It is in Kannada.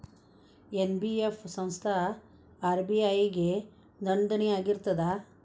ಎನ್.ಬಿ.ಎಫ್ ಸಂಸ್ಥಾ ಆರ್.ಬಿ.ಐ ಗೆ ನೋಂದಣಿ ಆಗಿರ್ತದಾ?